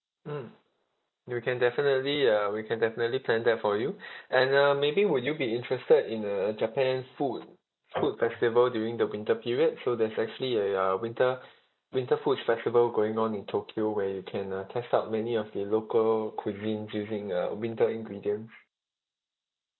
mm we can definitely uh we can definitely plan that for you and uh maybe would you be interested in uh japan food food festival during the winter period so there's actually a uh winter winter food festival going on in tokyo where you can uh test out many of the local cuisines using uh winter ingredients